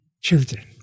children